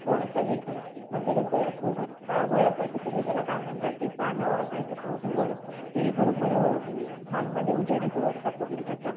थोडंसं हे करा म्हणजे जसं पूर्वी वर असायचं तुम्ही त्याला काय म्हणताात ते सानं असायचं पा असं वर ते बरोबर हॉलमध्ये उजेड येतो वरचा पूर्ण त्याचा